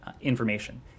information